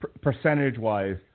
percentage-wise